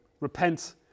repent